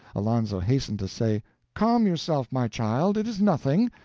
alonzo hastened to say calm yourself, my child. it is nothing.